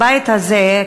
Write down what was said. הבית הזה,